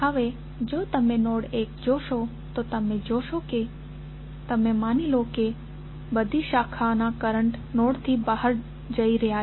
હવે જો તમે નોડ 1 જોશો તો તમે જોશો તમે માની લો કે બધી શાખાના કરંટ નોડ થી બહાર જઇ રહ્યા છે